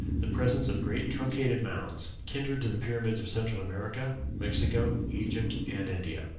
the presence of great truncated mounds, kindred to the pyramids of central america, mexico, egypt, and india.